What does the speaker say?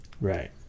Right